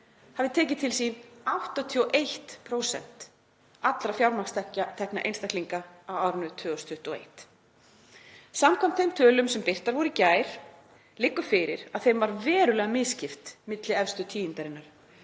hefðu tekið til sín 81% allra fjármagnstekna einstaklinga á árinu 2021. Samkvæmt þeim tölum sem birtar voru í gær liggur fyrir að þeim var verulega misskipt milli efstu tíundarinnar.